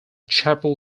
chapel